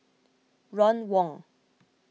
Ron Wong